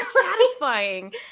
Satisfying